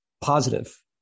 positive